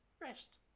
Rest